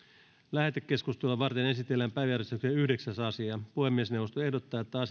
lähetekeskustelua varten esitellään päiväjärjestyksen yhdeksäs asia puhemiesneuvosto ehdottaa että